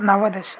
नवदश